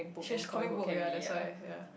she has commit work with other side ya